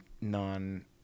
non